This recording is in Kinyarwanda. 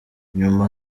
nyuma